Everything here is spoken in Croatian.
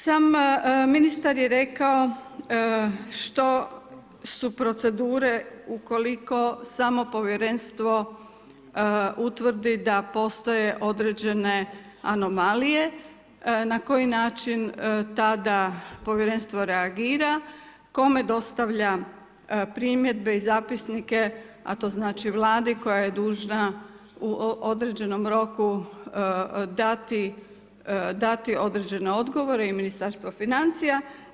Sam ministar je rekao što su procedure ukoliko samo povjerenstvo utvrdi da postoje određene anomalije, na koji način tada povjerenstvo reagira, kome dostavlja primjedbe i zapisnike a to znači Vladi koja je dužna u određenom roku dati određene odgovore i Ministarstvo financija.